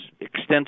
extensive